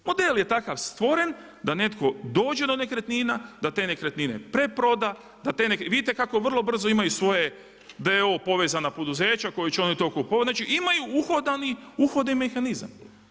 Model je takav stvoren da netko dođe do nekretnina, da te nekretnine preproda, vidite kako vrlo brzo imaju svoje d.o.o. povezana poduzeća koja će oni to kupovati, znači imaju uhodani mehanizam.